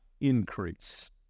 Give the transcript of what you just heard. increase